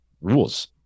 rules